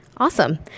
Awesome